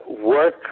work